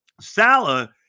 Salah